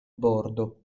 bordo